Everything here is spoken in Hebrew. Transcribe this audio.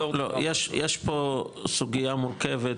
יש פה סוגייה מורכבת,